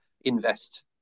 invest